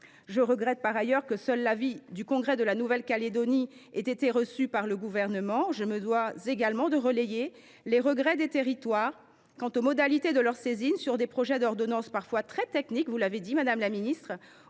Je regrette par ailleurs que seul l’avis du congrès de la Nouvelle Calédonie ait été reçu par le Gouvernement. Je me dois également de relayer les regrets des territoires quant aux modalités de leur saisine sur des projets d’ordonnances parfois très techniques – vous l’avez dit, madame la ministre